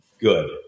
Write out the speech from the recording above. good